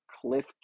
Cliff